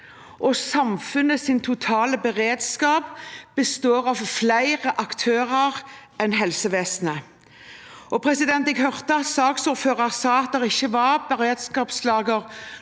Samfunnets totale beredskap består av flere aktører enn helsevesenet. Jeg hørte at saksordføreren sa det ikke var beredskapslager